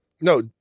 No